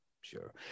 sure